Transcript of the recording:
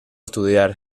estudiar